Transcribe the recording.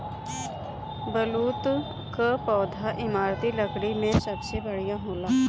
बलूत कअ पौधा इमारती लकड़ी में सबसे बढ़िया होला